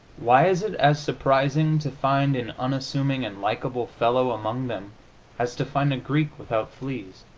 why is it as surprising to find an unassuming and likable fellow among them as to find a greek without fleas?